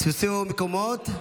תפסו מקומות.